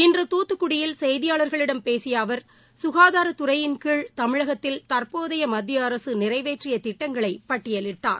இன்று தூத்துக்குடியில் செய்தியாளர்களிடம் பேசிய அவர் ககாதாரத் துறையின் கீழ் தமிழகத்தில் தற்போதைய மத்திய அரசு நிறைவேற்றிய திட்டங்களைப் பட்டியலிட்டார்